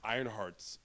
Ironheart's